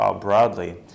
broadly